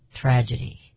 tragedy